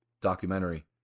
documentary